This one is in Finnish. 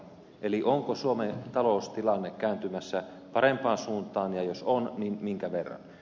eli onko suomen taloustilanne kääntymässä parempaan suuntaan ja jos on niin minkä verran